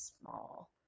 small